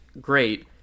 great